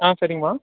ஆ சரிங்கம்மா